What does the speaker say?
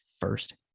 first